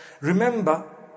Remember